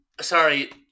sorry